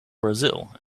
brazil